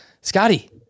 Scotty